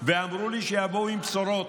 ואמרו לי שיבואו עם בשורות,